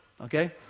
Okay